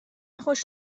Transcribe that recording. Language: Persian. خوش